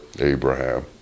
Abraham